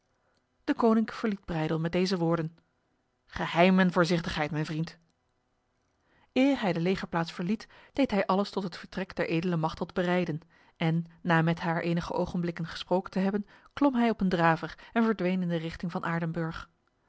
deconinck verliet breydel met deze woorden geheim en voorzichtigheid mijn vriend eer hij de legerplaats verliet deed hij alles tot het vertrek der edele machteld bereiden en na met haar enige ogenblikken gesproken te hebben klom hij op een draver en verdween in de richting van aardenburg